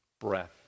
breath